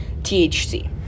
THC